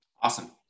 Awesome